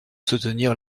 soutenir